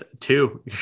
Two